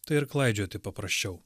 tai ir klaidžioti paprasčiau